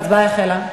ההצבעה החלה.